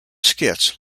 skits